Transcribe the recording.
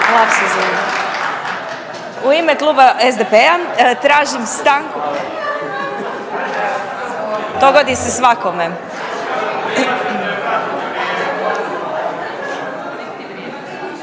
u ime kluba SDP-a tražim stanku. Dogodi se svakome.